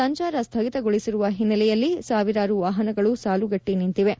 ಸಂಚಾರ ಸ್ಥಗಿತಗೊಳಿಸಿರುವ ಹಿನ್ನೆಲೆಯಲ್ಲಿ ಸಾವಿರಾರು ವಾಹನಗಳು ಸಾಲುಗಟ್ಟ ನಿಂತಿವೆ